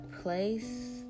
place